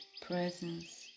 presence